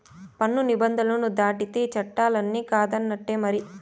పన్ను నిబంధనలు దాటితే చట్టాలన్ని కాదన్నట్టే మరి